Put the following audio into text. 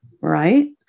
right